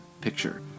picture